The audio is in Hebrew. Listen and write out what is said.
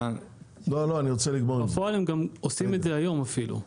בפועל הם גם עושים את זה היום אפילו.